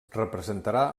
representarà